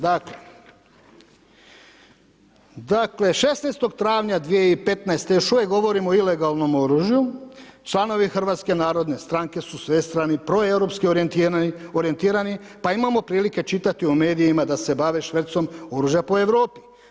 Dakle, 16. travnja 2015. još uvijek govorimo o ilegalnom oružju, članovi Hrvatske narodne stranke su svestrani proeuropski orijentirani pa imamo prilike čitati u medijima da se bave švercom oružja po Europi.